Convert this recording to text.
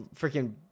freaking